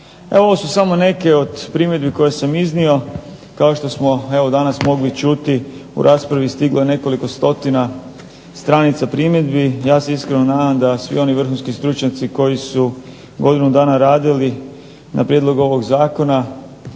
Evo ovo su samo neke od primjedbi koje sam iznio. Kao što smo evo danas mogli čuti u raspravi je stiglo nekoliko stotina stranica primjedbi. Ja se iskreno nadam da svi oni vrhunski stručnjaci koji su godinu dana radili na prijedlogu ovog zakona